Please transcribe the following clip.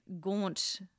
gaunt